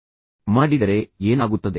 ಹಾಗಾದರೆ ನಾನು ಈ ಕಾರ್ಯವನ್ನು ಮಾಡಿದರೆ ಏನಾಗುತ್ತದೆ